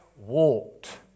walked